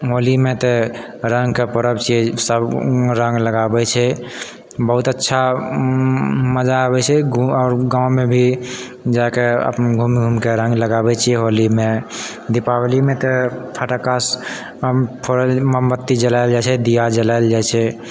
होलीमे तऽ रङ्गके पर्व छियै सब रङ्ग लगाबै छै बहुत अच्छा मजा आबै छै आओर गाँवमे भी जाकऽ घुमि घुमि कऽ रङ्ग लगाबै छियै होलीमे दीपावलीमे तऽ पटाखा सब मोमबत्ती जलायल जाइ छै दीया जलायल जाइ छै